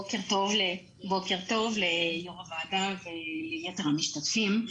בוקר טוב ליושב-ראש הוועדה וליתר המשתתפים,